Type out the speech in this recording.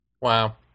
Wow